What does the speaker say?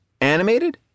animated